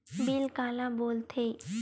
Bill काला बोल थे?